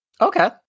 Okay